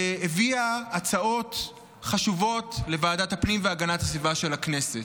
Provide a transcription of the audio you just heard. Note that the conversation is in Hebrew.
והביאה הצעות חשובות לוועדת הפנים והגנת הסביבה של הכנסת.